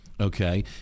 Okay